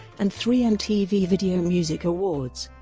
and three mtv video music awards.